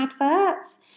adverts